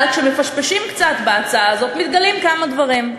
אבל כשמפשפשים קצת בהצעה הזאת מתגלים כמה דברים.